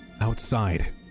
outside